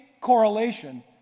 correlation